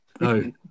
No